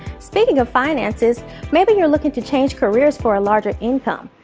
speaking of finances maybe you're looking to change careers for a larger income.